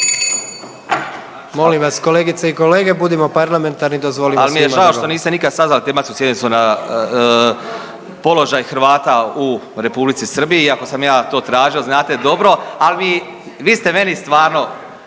Moli vas kolegice i kolege budimo parlamentarni, dozvolimo svima …./ Ali mi je žao što niste nikada sazvali tematsku sjednicu na položaj Hrvata u Republici Srbiji iako sam ja to tražio znate dobro. Ali vi, vi ste meni stvarno